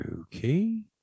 Okay